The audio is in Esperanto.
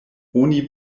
oni